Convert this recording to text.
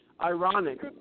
ironic